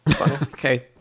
Okay